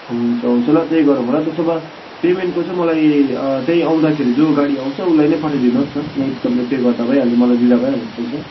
हुन्छ हुन्छ ल त्यही गरौँ होला त्यसो भए पेमेन्टको चाहिँ मलाई त्यही आउँदाखेरि जुन गाडी आउँछ उसलाई नै पठाइदिनु होस् न यहीँ तपाईँले पे गर्दा भइहाल्यो नि मलाई दिँदा भइहाल्यो त्यो चाहिँ